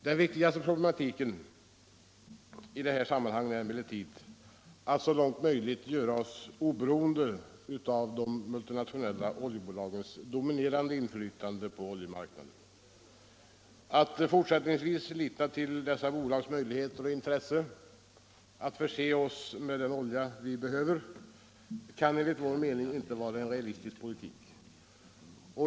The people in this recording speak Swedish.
Det viktigaste i den här problematiken är emellertid, som jag ser det, att så långt möjligt göra oss oberoende av de multinationella oljebolagens dominerande inflytande på oljemarknaden. Att fortsättningsvis lita till dessa bolags möjligheter och intresse av att förse oss med den olja vi behöver kan enligt vår mening inte vara en realistisk politik.